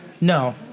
No